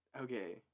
okay